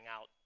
out